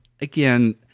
again